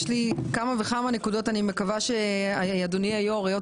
יש לי כמה וכמה נקודות ואני מקווה שאדוני היושב ראש,